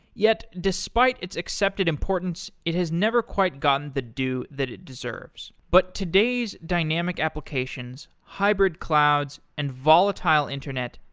yet, despite its accepted importance, it has never quite gotten the due that it deserves. but today's dynamic applications, hybrid clouds and volatile internet,